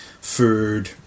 food